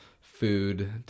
food